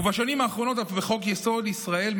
ובשנים האחרונות אף בחוק-יסוד: ישראל,